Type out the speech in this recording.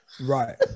right